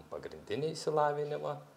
pagrindinį išsilavinimą